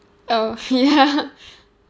oh ya